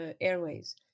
airways